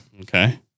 Okay